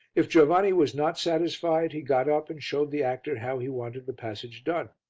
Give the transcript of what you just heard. if giovanni was not satisfied, he got up and showed the actor how he wanted the passage done.